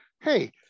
hey